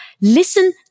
Listen